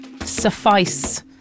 suffice